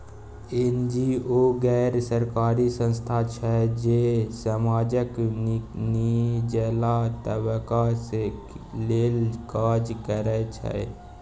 NGO गैर सरकारी संस्था छै जे समाजक निचला तबका लेल काज करय छै